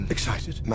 Excited